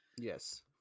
Yes